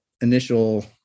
initial